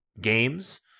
games